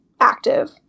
active